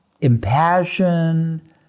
impassioned